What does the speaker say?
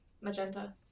Magenta